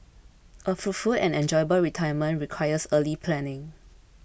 a fruitful and enjoyable retirement requires early planning